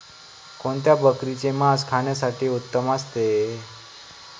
कोणत्या बकरीचे मास खाण्यासाठी उत्तम असते?